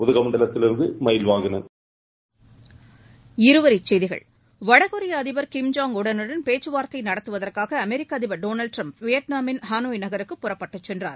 உதகமண்டலத்திலிருந்து மயில்வாகனன் இருவரிச்செய்திகள் வடகொரிய அதிபர் கிம் ஜாங் உள் உடன் பேச்சுவார்த்தை நடத்துவதற்காக அமெரிக்க அதிபர் டொனால்ட் ட்ரம்ப் வியட்நாமின் ஹனோய் நகருக்கு புறப்பட்டுச் சென்றார்